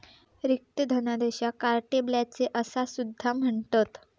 रिक्त धनादेशाक carte blanche असा सुद्धा म्हणतत